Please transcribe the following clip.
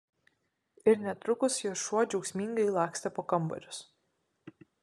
ir netrukus jos šuo džiaugsmingai lakstė po kambarius